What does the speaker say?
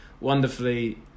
wonderfully